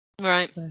right